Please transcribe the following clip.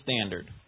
standard